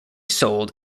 sold